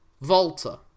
Volta